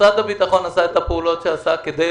משרד הביטחון עשה את הפעולות שעשה כדי